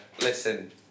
Listen